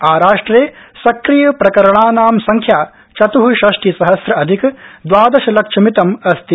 आराष्ट्रे सक्रियप्रकरणानां संख्या चत्ः षष्टि सहस्र अधिक दवादशलक्षमितम् अस्ति